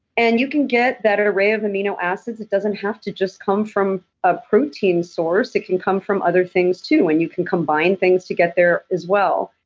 and you can get that array of amino acids, it doesn't have to just come from a protein source. it can come from other things too, and you can combine things to get there as well.